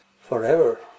forever